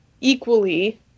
equally